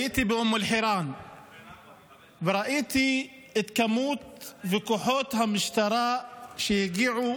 הייתי באום אל-חיראן וראיתי את כמות וכוחות המשטרה שהגיעו